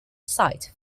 site